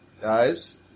guys